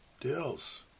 Dills